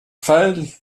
feierlich